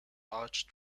arch